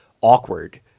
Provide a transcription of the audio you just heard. awkward